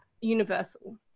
universal